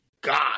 God